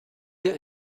der